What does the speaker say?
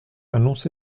annoncé